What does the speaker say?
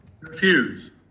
Refuse